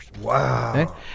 Wow